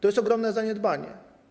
To jest ogromne zaniedbanie.